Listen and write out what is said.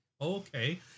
Okay